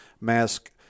mask